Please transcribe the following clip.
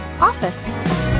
OFFICE